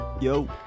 Yo